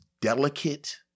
delicate